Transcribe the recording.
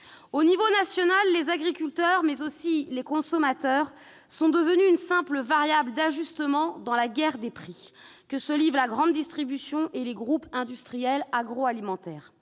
l'échelon national, les agriculteurs, mais aussi les consommateurs, sont devenus une simple variable d'ajustement dans la guerre des prix à laquelle se livrent la grande distribution et les groupes industriels agroalimentaires.